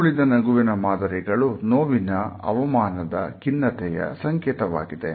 ಇನ್ನುಳಿದ ನಗುವಿನ ಮಾದರಿಗಳು ನೋವಿನ ಅವಮಾನದ ಖಿನ್ನತೆಯ ಸಂಕೇತವಾಗಿದೆ